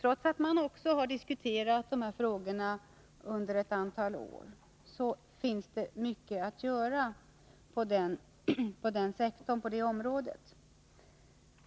Trots att man har diskuterat dessa frågor under ett antal år, finns det mycket att göra på detta område.